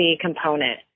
component